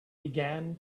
began